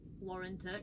warranted